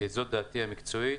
זו דעתי המקצועית.